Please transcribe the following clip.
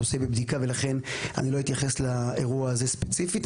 הנושא בבדיקה ולכן אני לא אתייחס לאירוע הזה ספציפית,